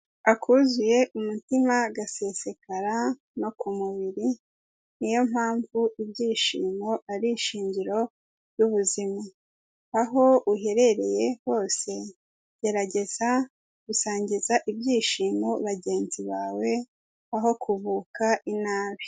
Akuzuye umutima gasesekara no ku mubiri, ni yo mpamvu ibyishimo ari ishingiro ry'ubuzima. Aho uherereye hose gerageza gusangiza ibyishimo bagenzi bawe, aho kubuka inabi.